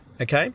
okay